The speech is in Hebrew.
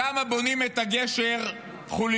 שם בונים את הגשר חוליות-חוליות,